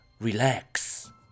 relax